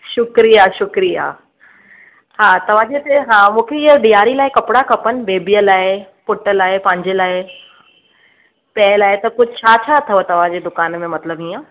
शुक्रिया शुक्रिया हा तव्हांजे हिते हा मूंखे इहा ॾियारी लाइ कपिड़ा खपनि बेबीअ लाइ पुट लाइ पंहिंजे लाए पै लाइ त कुझु छा छा अथव तव्हां जे दुकान में मतलबु इहा